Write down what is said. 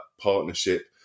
partnership